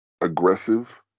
aggressive